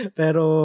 pero